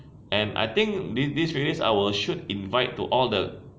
and I think this this few days I will shoot invite to all the